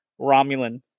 Romulan